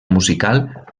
musical